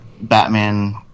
Batman